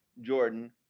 Jordan